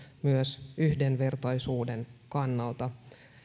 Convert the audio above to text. myös yhdenvertaisuuden kannalta